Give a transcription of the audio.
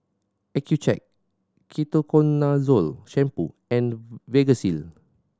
Accucheck Ketoconazole Shampoo and Vagisil